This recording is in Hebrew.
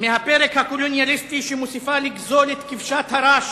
מהפרק הקולוניאליסטי, שמוסיפה לגזול את כבשת הרש